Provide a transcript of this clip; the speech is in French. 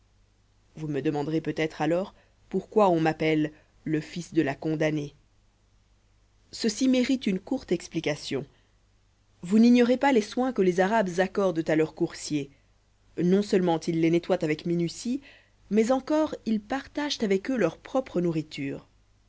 vous me demanderez peut-être alors pourquoi on m'appelle le fils de la condamnée ceci monte une courte explication vous n'ignorez pas les soins que les arabes accordent à leurs coursiers non seulement ils les nettoient avec minutie mais encore ils partagent avec eux leur propre nourriture